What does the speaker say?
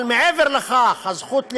אבל מעבר לכך: הזכות ללמוד,